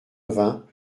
vingts